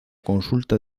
consulta